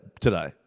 today